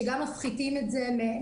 שגם מפחיתים את זה מהשומה,